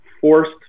forced